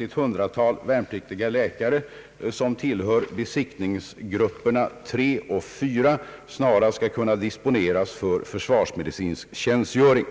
ett 100-tal värnpliktiga läkare som tillhör besiktningsgrupperna 3 och 4 snarast skall kunna disponeras för försvarsmedicinsk tjänstgöring.